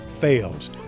Fails